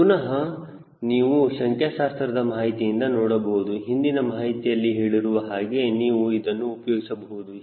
ಪುನಹ ನೀವು ಸಂಖ್ಯಾಶಾಸ್ತ್ರದ ಮಾಹಿತಿಯನ್ನು ನೋಡಬಹುದು ಹಿಂದಿನ ಮಾಹಿತಿಯಲ್ಲಿ ಹೇಳಿರುವ ಹಾಗೆ ನೀವು ಇದನ್ನು ಉಪಯೋಗಿಸಬಹುದು